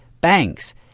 banks